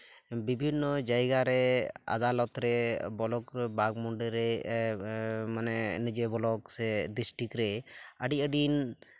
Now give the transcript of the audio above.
ᱵᱤᱵᱷᱤᱱᱱᱚ ᱡᱟᱭᱜᱟᱨᱮ ᱟᱫᱟᱞᱚᱛ ᱨᱮ ᱵᱞᱚᱠ ᱵᱟᱜᱽᱢᱩᱱᱰᱤ ᱨᱮ ᱱᱤᱡᱮ ᱵᱞᱚᱠ ᱥᱮ ᱰᱤᱥᱴᱨᱤᱠ ᱨᱮ ᱟᱹᱰᱤ ᱟᱹᱰᱤ